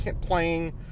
playing